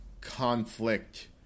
conflict